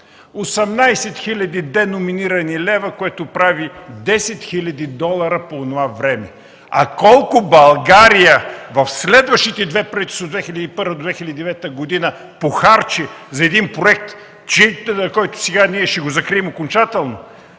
хиляди деноминирани лева, което прави 10 хил. долара по онова време. А колко България в следващите две правителства – 2001 - 2009 г., похарчи за един проект, който сега ние ще закрием окончателно?